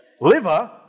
Liver